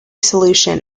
solution